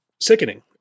sickening